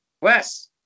Wes